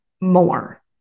more